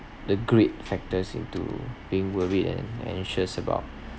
the great factors into being worried and anxious about